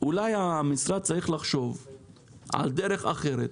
אולי המשרד צריך לחשוב על דרך אחרת,